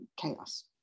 chaos